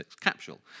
capsule